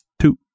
Two